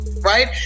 right